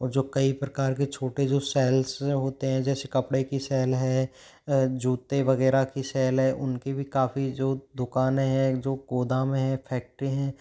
और जो कई प्रकार के छोटे जो सैल्स होते हैं जैसे कपड़े की सेल है जूते वगैह की सेल है उनकी भी काफ़ी जो दुकानें हैं जो गोदामें हैं फैक्ट्री हैं